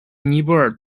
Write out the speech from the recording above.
尼泊尔